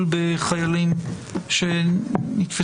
אדוני,